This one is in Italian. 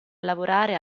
lavorare